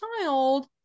child